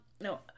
No